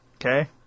okay